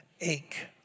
ache